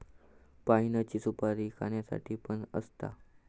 पाइनची सुपारी खाण्यासाठी पण असता